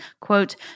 quote